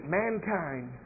mankind